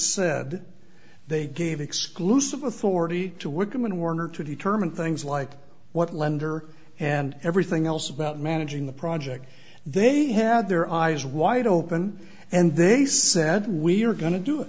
said they gave exclusive authority to would come in warner to determine things like what lender and everything else about managing the project they had their eyes wide open and they said we are going to do it